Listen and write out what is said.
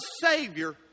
Savior